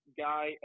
guy